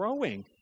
growing